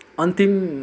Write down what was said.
अन्तिम